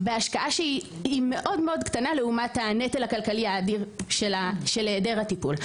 בהשקעה שהיא מאוד-מאוד קטנה לעומת הנטל הכלכלי האדיר של העדר הטיפול.